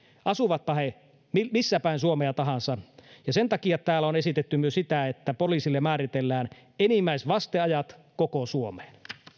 asuvatpa he missä päin suomea tahansa sen takia täällä on esitetty myös sitä että poliisille määritellään enimmäisvasteajat koko suomeen